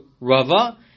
Rava